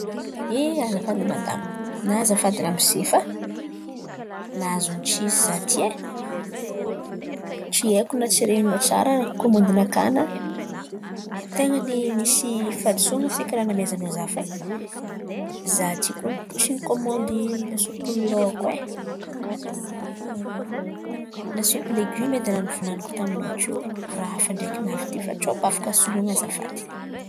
Eh azafady madama na azafady ramose fa nahazo ny tsy izy izaho ity e, tsy haiko na tsy ren̈inao tsara kômandinakà na ten̈a ny misy fadisoan̈a feky ràha namezanao izaho fa izaho ty kony tsy nikômandy lasopy ny laoko e. Lasopy legioma edy ràha nivolan̈iko taminao teo ràha hafa ndraiky navy ty fa tsao mba afaka soloan̈a azafady.